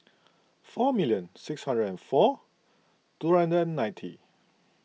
four million six hundred and four two hundred ninety